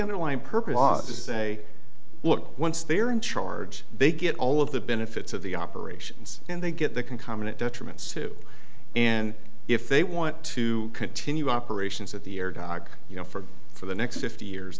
underlying purpose was to say look once they're in charge they get all of the benefits of the operations and they get that can come in it detriments to and if they want to continue operations at the air dock you know for for the next fifty years